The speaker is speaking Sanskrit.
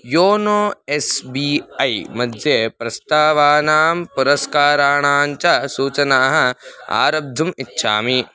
योनो एस् बी ऐमध्ये प्रस्तावानां पुरस्काराणां च सूचनाम् आरब्धुम् इच्छामि